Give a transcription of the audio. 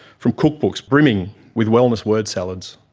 from cookbooks brimming with wellness word salads